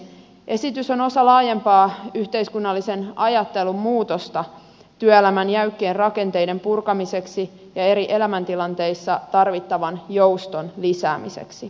esitys on osa laajempaa yhteiskunnallisen ajattelun muutosta työelämän jäykkien rakenteiden purkamiseksi ja eri elämäntilanteissa tarvittavan jouston lisäämiseksi